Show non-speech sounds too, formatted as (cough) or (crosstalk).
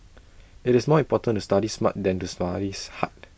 (noise) IT is more important to study smart than to studies hard